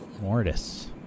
Mortis